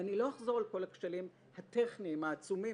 ולא אחזור על כל הכשלים הטכניים העצומים